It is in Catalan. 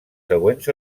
següents